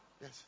Yes